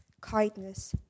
kindness